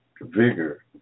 vigor